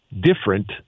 different